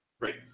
Right